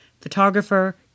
photographer